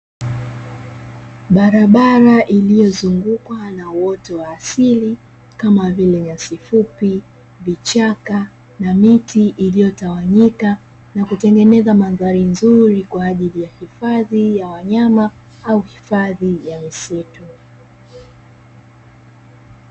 Barabara iliyozungukwa na uoto wa asili kama vile nyasi fupi, vichaka na miti iliyotawanyika na kutengenezea mandhari nzuri kwa ajili ya hifadhi ya wanyama au hifadhi ya misitu.